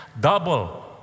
double